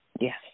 Yes